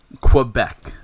Quebec